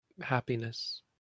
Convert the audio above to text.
happiness